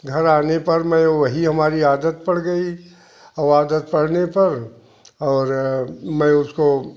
घर आने पर मैं वही हमारी आदत पड़ गई और आदत पड़ने पर और मैं उसको